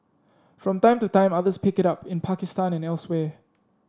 from time to time others pick it up in Pakistan and elsewhere